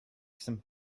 some